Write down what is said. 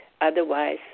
otherwise